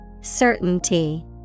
Certainty